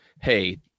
hey